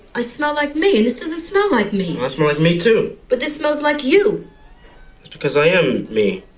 i smell like me, and this doesn't smell like me. i smell like me too. but this smells like you. that's because i um me.